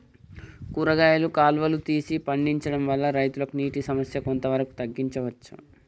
కూరగాయలు కాలువలు తీసి పండించడం వల్ల రైతులకు నీటి సమస్య కొంత వరకు తగ్గించచ్చా?